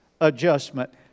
adjustment